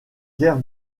guerre